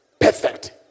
perfect